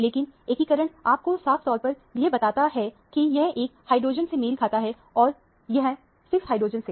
लेकिन एकीकरण आप को साफ तौर पर यह बताता हैं की यह एक हाइड्रोजन से मेल खाता है और यह 6 हाइड्रोजन से